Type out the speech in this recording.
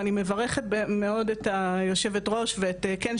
ואני מברכת מאוד את יושבת הראש ואת "כן"